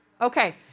Okay